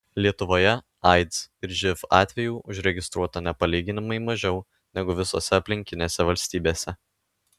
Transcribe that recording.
lietuvoje aids ir živ atvejų užregistruota nepalyginamai mažiau negu visose aplinkinėse valstybėse